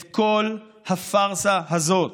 את כל הפארסה הזאת,